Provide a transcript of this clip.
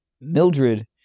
Mildred